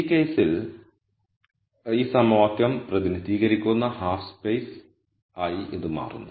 ഈ കേസിൽ ഈ സമവാക്യം പ്രതിനിധീകരിക്കുന്ന ഹാഫ് സ്പേസ് ആയി ഇത് മാറുന്നു